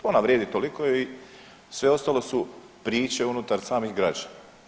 Ona vrijedi toliko i sve ostalo su priče unutar samih građana.